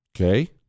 Okay